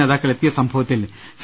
നേതാക്കൾ എത്തിയ സംഭ വത്തിൽ സി